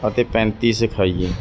ਅਤੇ ਪੈਂਤੀ ਸਿਖਾਈਏ